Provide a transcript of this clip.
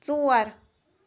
ژور